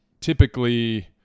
typically